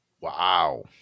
Wow